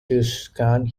tucson